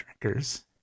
drinkers